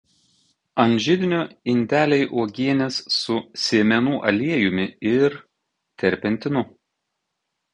ant židinio indeliai uogienės su sėmenų aliejumi ir terpentinu